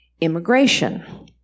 immigration